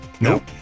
Nope